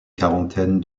quarantaine